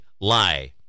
lie